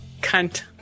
Cunt